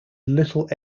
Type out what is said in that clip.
little